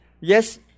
yes